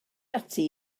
ati